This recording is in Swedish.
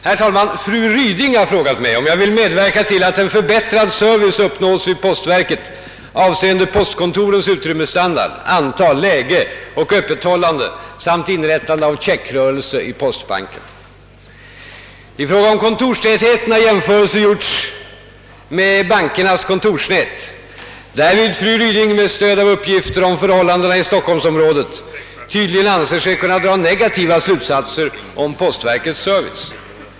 Herr talman! Fru Ryding har frågat mig, om jag vill medverka till att en förbättrad service uppnås vid postverket avseende postkontorens utrymmesstandard, antal, läge och öppethållande samt inrättande av checkrörelse i postbanken. I fråga om kontorstätheten har jämförelser gjorts med bankernas kontors nät, därvid fru Ryding — med stöd av uppgifter om förhållandena i stockholmsområdet — tydligen anser sig kunna dra negativa slutsatser om postverkets service.